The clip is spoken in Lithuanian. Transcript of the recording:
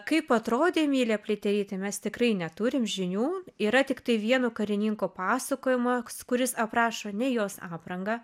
kaip atrodė emilija pliaterytė mes tikrai neturim žinių yra tiktai vieno karininko pasakojimas kuris aprašo ne jos aprangą